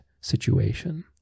situation